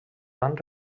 van